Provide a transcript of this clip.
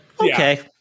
okay